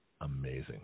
amazing